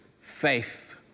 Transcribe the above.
faith